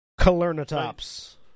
Calernatops